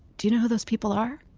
do you know who those people are?